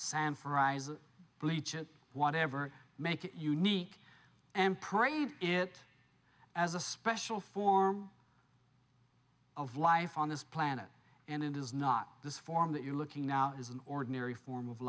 sam fry's bleach or whatever make it unique and prayed it as a special form of life on this planet and it is not this form that you are looking now is an ordinary form of